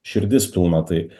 širdis pilna tai